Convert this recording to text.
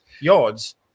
yards